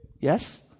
Yes